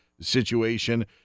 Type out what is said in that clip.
situation